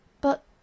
But